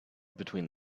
between